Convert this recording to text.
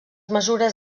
mesures